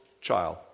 child